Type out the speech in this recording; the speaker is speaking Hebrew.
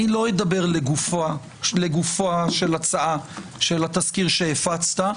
אני לא אדבר לגופה של ההצעה של התזכיר שהפצת.